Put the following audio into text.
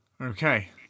Okay